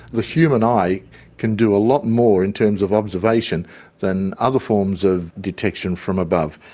the human eye can do a lot more in terms of observation than other forms of detection from above.